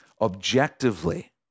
objectively